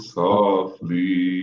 softly